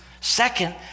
Second